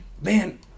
Man